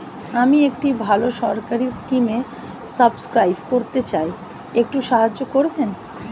আমি একটি ভালো সরকারি স্কিমে সাব্সক্রাইব করতে চাই, একটু সাহায্য করবেন?